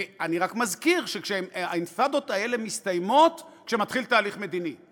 ואני רק מזכיר שהאינתיפאדות האלה מסתיימות כשמתחיל תהליך מדיני.